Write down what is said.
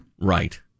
Right